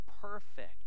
Perfect